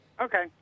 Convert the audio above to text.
Okay